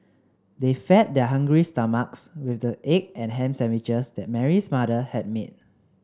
they fed their hungry stomachs with the egg and ham sandwiches that Mary's mother had made